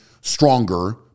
stronger